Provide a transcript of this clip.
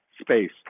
space